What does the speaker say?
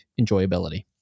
enjoyability